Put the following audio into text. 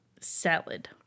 salad